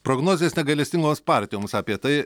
prognozės negailestingos partijoms apie tai